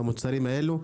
במוצרים האלה.